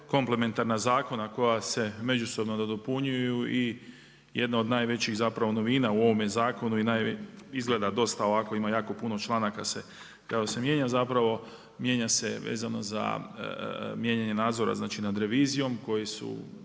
komplementarna zakona koja se međusobno nadopunjuju i jedna od najvećih novina u ovome zakonu i izgleda dosta ovako ima jako puno članaka se mijenja, mijenja se vezano za mijenjanje nadzora nad revizijom o kojoj